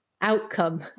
outcome